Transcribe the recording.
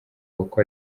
uko